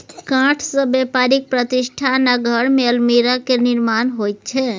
काठसँ बेपारिक प्रतिष्ठान आ घरमे अलमीरा केर निर्माण होइत छै